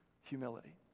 Humility